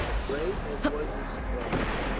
great as was his surprise,